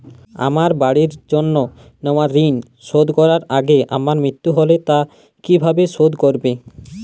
আমার বাড়ির জন্য নেওয়া ঋণ শোধ করার আগে আমার মৃত্যু হলে তা কে কিভাবে শোধ করবে?